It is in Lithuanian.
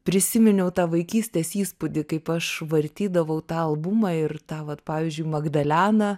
prisiminiau tą vaikystės įspūdį kaip aš vartydavau tą albumą ir tą vat pavyzdžiui magdaleną